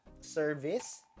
service